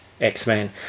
X-Men